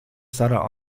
sara